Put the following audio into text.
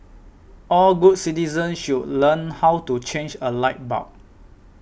all good citizens should learn how to change a light bulb